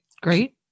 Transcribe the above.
Great